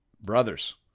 Brothers